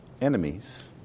enemies